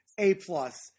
A-plus